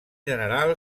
general